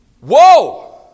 Whoa